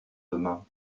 demain